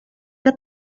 que